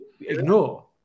ignore